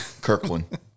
Kirkland